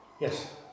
Yes